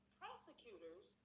prosecutors